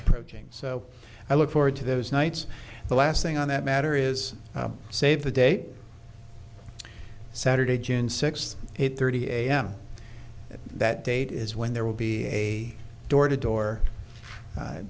approaching so i look forward to those nights the last thing on that matter is save the day saturday june six thirty a m that date is when there will be a door to door